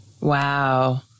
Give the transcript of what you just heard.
Wow